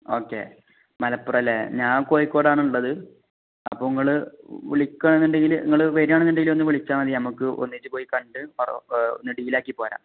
okay മലപ്പുറമല്ലേ ഞാൻ കോഴിക്കോടാണ് ഉള്ളത് അപ്പം നിങ്ങൾ വിളിക്കാണെന്ന് ഉണ്ടെങ്കിൽ നിങ്ങൾ വരുകയാണെന്ന് ഉണ്ടെങ്കിൽ ഒന്ന് വിളിച്ചാൽ മതി നമുക്ക് ഒന്നിച്ച് പോയി കണ്ട് ഒന്ന് ഡീലാക്കി പോരാം